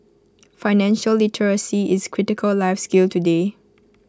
financial literacy is A critical life skill today